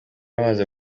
amaze